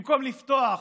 במקום לפתוח